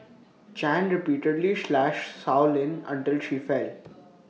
chan repeatedly slashed Sow Lin until she fell